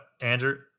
Andrew